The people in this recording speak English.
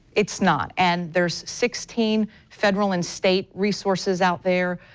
it's not and there's sixteen federal and state resources out there.